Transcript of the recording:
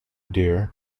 dear